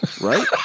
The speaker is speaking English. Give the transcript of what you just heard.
Right